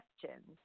questions